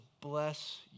Bless